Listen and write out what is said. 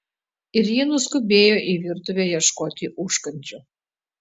ir ji nuskubėjo į virtuvę ieškoti užkandžių